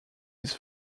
his